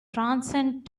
transcend